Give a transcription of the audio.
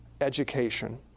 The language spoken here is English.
education